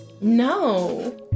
No